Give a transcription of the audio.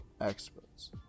experts